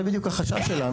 זה בדיוק החשש שלנו.